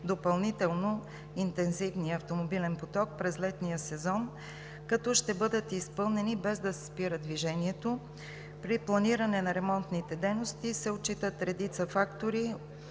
допълнително интензивния автомобилен поток през летния сезон, като ще бъдат изпълнени, без да се спира движението. При планиране на ремонтните дейности се отчитат редица фактори,